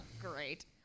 great